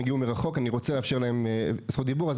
הם הגיעו מרחוק, אני רוצה לאפשר להם זכות דיבור.